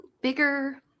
bigger